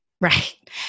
Right